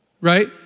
right